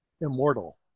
immortal